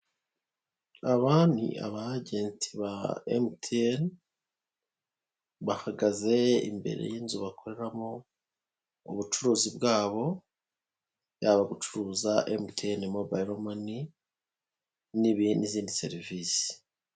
Aba ni abagenti ba Mtn, bahagaze imbere y'inzu bakoreramo ubucuruzi bwabo, yaba gucuruza Mtn mobayiro mani n'izindi serivise.